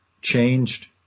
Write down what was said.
changed